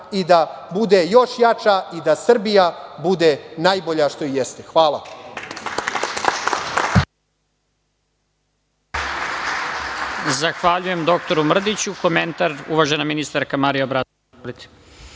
i da bude još jača i da Srbija bude najbolja što i jeste. Hvala.